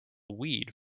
weed